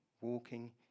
Walking